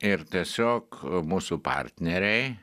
ir tiesiog mūsų partneriai